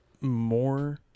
More